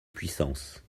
puissance